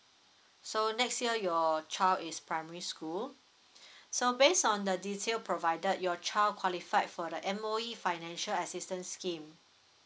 so next year your child is primary school so based on the detail provided your child qualified for the M_O_E financial assistance scheme